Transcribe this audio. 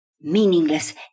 meaningless